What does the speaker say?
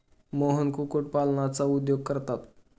मोहन कुक्कुटपालनाचा उद्योग करतात